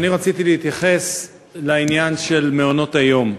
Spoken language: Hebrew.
רציתי להתייחס לעניין של מעונות-היום.